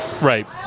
right